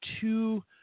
two